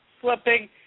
slipping